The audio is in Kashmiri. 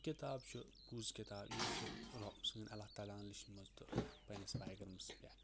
کِتاب چھُ پُز کِتاب یہِ چھُ رۄب سٕنٛز اللہ تعالیٰ ہَن لیٚچھمٕژ تہٕ پنٛنِس پیغَمبرَس پٮ۪ٹھ